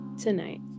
tonight